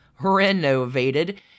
renovated